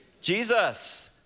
Jesus